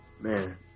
Man